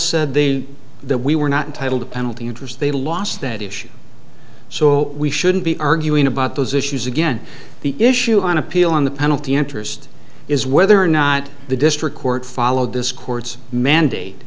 said they that we were not entitle to penalty interest they lost that issue so we shouldn't be arguing about those issues again the issue on appeal in the penalty interest is whether or not the district court followed this court's mandate